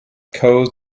caused